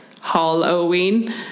Halloween